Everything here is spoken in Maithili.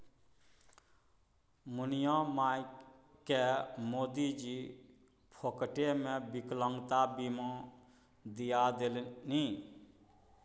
मुनिया मायकेँ मोदीजी फोकटेमे विकलांगता बीमा दिआ देलनि